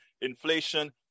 inflation